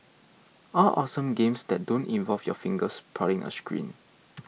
all awesome games that don't involve your fingers prodding a screen